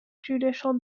judicial